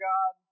God